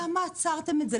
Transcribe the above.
למה עצרתם את זה?